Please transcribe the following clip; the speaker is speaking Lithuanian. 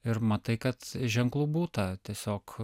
ir matai kad ženklų būta tiesiog